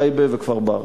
טייבה וכפר-ברא.